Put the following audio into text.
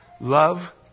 Love